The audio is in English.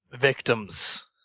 victims